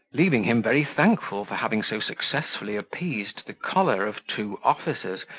leaving him very thankful for having so successfully appeased the choler of two officers,